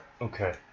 Okay